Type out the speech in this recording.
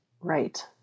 Right